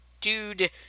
dude